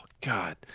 God